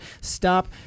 stop